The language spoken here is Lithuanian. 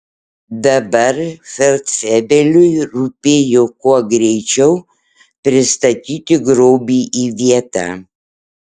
dabar feldfebeliui rūpėjo kuo greičiau pristatyti grobį į vietą